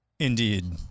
Indeed